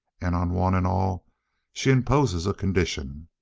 and on one and all she imposes a condition.